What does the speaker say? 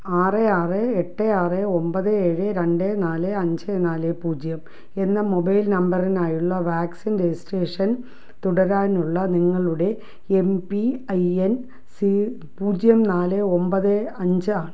ആറ് ആറ് എട്ട് ആറ് ഒൻപത് ഏഴ് രണ്ട് നാല് അഞ്ച് നാല് പൂജ്യം എന്ന മൊബൈൽ നമ്പറിനായുള്ള വാക്സിൻ രജിസ്ട്രേഷൻ തുടരാനുള്ള നിങ്ങളുടെ M P I N C പൂജ്യം നാല് ഒൻപത് അഞ്ചാണ്